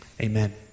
Amen